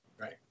Right